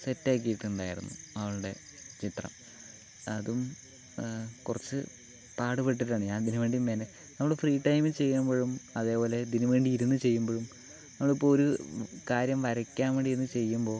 set ആക്കിയിട്ടുണ്ടായിരുന്നു അവളുടെ ചിത്രം അതും കുറച്ച് പാടുപെട്ടിട്ടാണ് ഞാൻ ഇതിനു വേണ്ടി മെന നമ്മള് ഫ്രീ ടൈമിൽ ചെയ്യുമ്പോഴും അതേപോലെ ഇതിനു വേണ്ടി ഇരുന്നു ചെയ്യുമ്പോഴും നമ്മളിപ്പോൾ ഒരു കാര്യം വരയ്ക്കാൻ വേണ്ടി ഇരുന്ന് ചെയ്യുമ്പോൾ